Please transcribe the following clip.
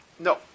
No